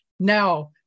Now